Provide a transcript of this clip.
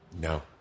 no